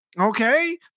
okay